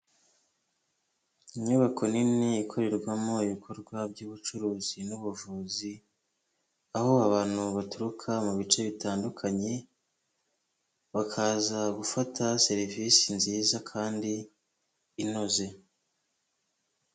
Inyubako nini ikorerwamo ibikorwa by'ubucuruzi n'ubuvuzi, aho abantu baturuka mu bice bitandukanye, bakaza gufata serivisi nziza kandi inoze.